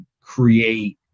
create